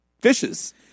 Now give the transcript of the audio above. fishes